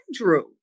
Andrew